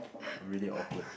I'm already awkward